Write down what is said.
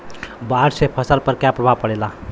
बाढ़ से फसल पर क्या प्रभाव पड़ेला?